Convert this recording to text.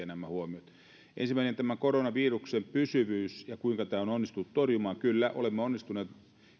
nämä huomiot ole pitkiä ensimmäinen on tämä koronaviruksen pysyvyys ja se kuinka tämä on onnistuttu torjumaan kyllä olemme onnistuneet